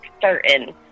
certain